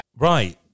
Right